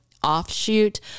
offshoot